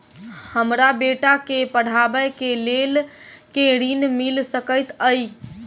हमरा बेटा केँ पढ़ाबै केँ लेल केँ ऋण मिल सकैत अई?